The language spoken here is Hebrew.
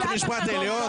אתם מובילים לחורבן הבית.